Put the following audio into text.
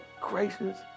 gracious